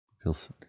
Feels